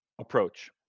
approach